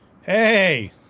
Hey